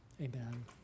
amen